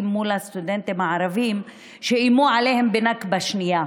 מול הסטודנטים הערבים שאיימו עליהם בנכבה שנייה.